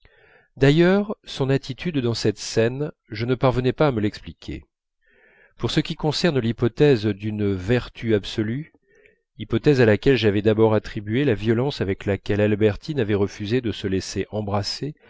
d'ailleurs son attitude dans cette scène je ne parvenais pas à me l'expliquer pour ce qui concerne l'hypothèse d'une vertu absolue hypothèse à laquelle j'avais d'abord attribué la violence avec laquelle albertine avait refusé de se laisser embrasser